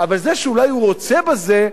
אבל זה שאולי הוא רוצה בזה,